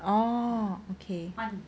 orh okay